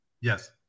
Yes